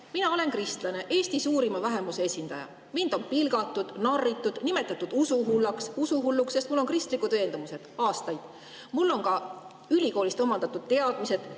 Mina olen kristlane, Eesti suurima vähemuse esindaja. Mind on pilgatud, narritud, nimetatud usuhulluks, sest mul on kristlikud veendumused aastaid olnud. Mul on ka ülikoolis omandatud teadmised